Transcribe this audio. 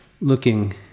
looking